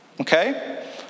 Okay